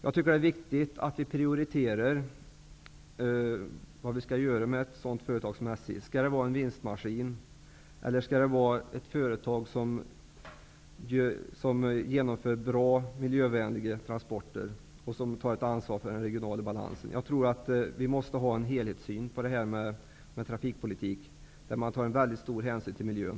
Jag tycker att det är viktigt att vi prioriterar vad vi skall göra med ett sådant företag som SJ. Skall det vara en vinstmaskin eler skall det vara ett företag som genomför bra och miljövänliga transporter och som tar ett ansvar för den regionala balansen? Vi måste ha en helhetssyn på trafikpolitiken där man tar mycket stor hänsyn till miljön.